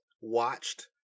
watched